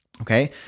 Okay